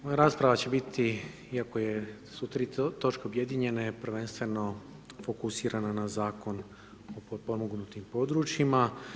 Moja rasprava će biti, iako su tri točke objedinjene, prvenstveno fokusirana na Zakon o potpomognutim područjima.